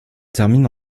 termine